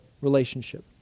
relationship